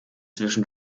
zwischen